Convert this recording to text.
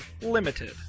Limited